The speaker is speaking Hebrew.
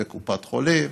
בקופת חולים,